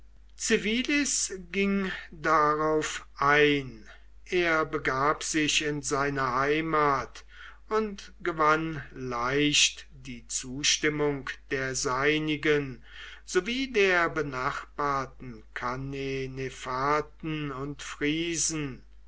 ging darauf ein er begab sich in seine heimat und gewann leicht die zustimmung der seinigen sowie der benachbarten cannenefaten und friesen